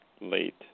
late